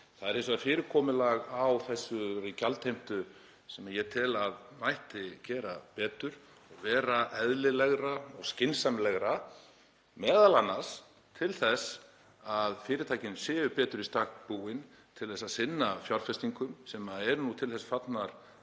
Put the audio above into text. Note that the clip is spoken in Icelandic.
Það er hins vegar fyrirkomulag á þessari gjaldheimtu sem ég tel að mætti gera betur og vera eðlilegra og skynsamlegra, m.a. til þess að fyrirtækin séu betur í stakk búin til að sinna fjárfestingum sem eru til þess fallnar